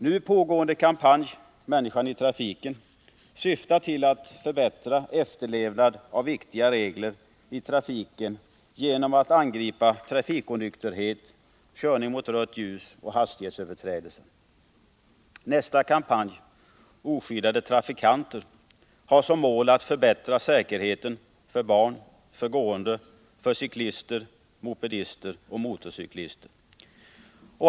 Nu pågående kampanj — Människan i trafiken — syftar till att förbättra efterlevnaden av viktiga regler i trafiken genom att angripa trafikonykterhet, körning mot rött ljus och hastighetsöverträdelser. Nästa kampanj — Oskyddade trafikanter — har som mål att förbättra säkerheten för barn, gående, cyklister, mopedister och motorcyklister.